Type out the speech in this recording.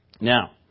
Now